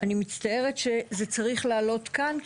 אני מצטערת שזה צריך לעלות כאן,